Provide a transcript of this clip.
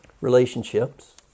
Relationships